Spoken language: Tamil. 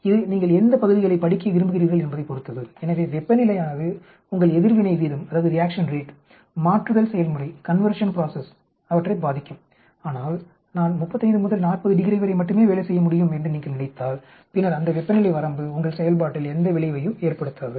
இது நீங்கள் எந்த பகுதிகளைப் படிக்க விரும்புகிறீர்கள் என்பதைப் பொறுத்தது எனவே வெப்பநிலையானது உங்கள் எதிர்வினை வீதம் மாற்றுதல் செயல்முறையைப் பாதிக்கும் ஆனால் நான் 35 முதல் 40° வரை மட்டுமே வேலை செய்ய முடியும் என்று நீங்கள் நினைத்தால் பின்னர் அந்த வெப்பநிலை வரம்பு உங்கள் செயல்பாட்டில் எந்த விளைவையும் ஏற்படுத்தாது